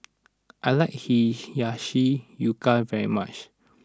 I like Hiyashi Chuka very much